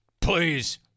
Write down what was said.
please